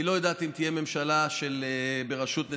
היא לא יודעת אם תהיה ממשלה בראשות נתניהו,